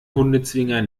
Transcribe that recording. hundezwinger